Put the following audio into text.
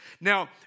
Now